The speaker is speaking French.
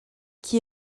qui